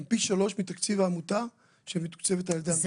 הם פי שלושה מתקציב העמותה שמתוקצבת על ידי המדינה.